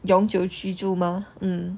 永久居住吗 mm